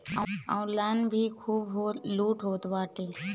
online भी खूब लूट होत बाटे